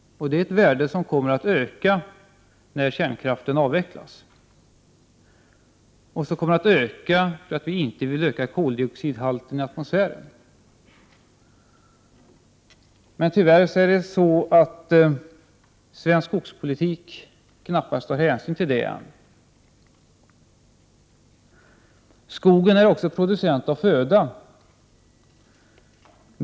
Det är ett värde som kommer att öka när kärnkraften avvecklas och därför att vi inte vill öka koldioxidhalterna i atmosfären. Tyvärr tar svensk skogspolitik knappast hänsyn till detta. Skogen är vidare producent av föda.